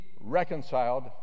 reconciled